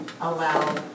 allow